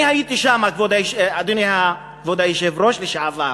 אני הייתי שם, כבוד היושב-ראש לשעבר.